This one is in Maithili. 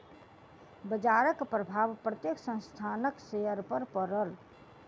बजारक प्रभाव प्रत्येक संस्थानक शेयर पर पड़ल